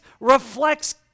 reflects